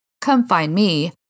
come-find-me